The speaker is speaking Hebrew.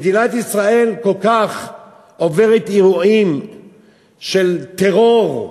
מדינת ישראל עוברת אירועים רבים כל כך של טרור,